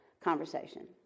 conversation